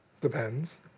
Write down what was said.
Depends